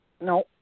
No